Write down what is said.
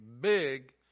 big